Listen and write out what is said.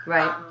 Right